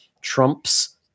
trumps